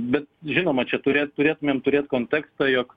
bet žinoma čia ture turėtumėm turėt kontekstą jog